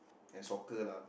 and soccer lah